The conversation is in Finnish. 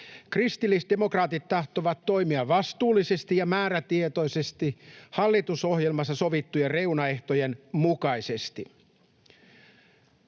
Kristillisdemokraatit tahtovat toimia vastuullisesti ja määrätietoisesti hallitusohjelmassa sovittujen reunaehtojen mukaisesti.